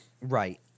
right